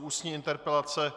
Ústní interpelace